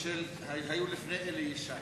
שהיו לפני אלי ישי.